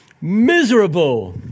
miserable